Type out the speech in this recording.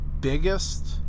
biggest